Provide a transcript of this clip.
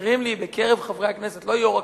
חסרים לי בקרב חברי הכנסת,